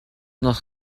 noch